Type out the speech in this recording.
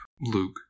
Luke